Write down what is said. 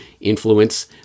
influence